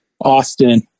Austin